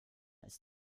ist